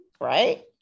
right